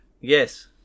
Yes